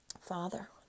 father